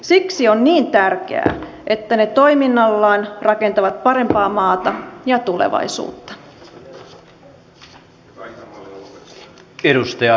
siksi on niin tärkeää että ne toiminnallaan rakentavat parempaa maata ja tulevaisuutta